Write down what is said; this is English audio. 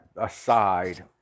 aside